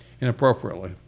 Inappropriately